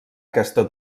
aquesta